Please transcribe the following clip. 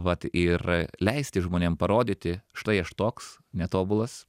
vat ir leisti žmonėm parodyti štai aš toks netobulas